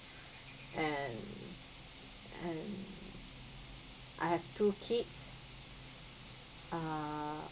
and and I have two kids err